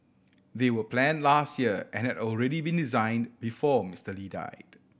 they were planned last year and had already been designed before Mister Lee died